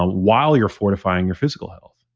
um while you're fortifying your physical health,